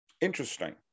Interesting